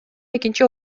экинчи